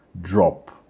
drop